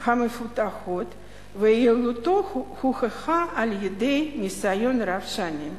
המפותחות ויעילותו הוכחה על-ידי ניסיון רב שנים.